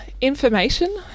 information